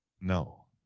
No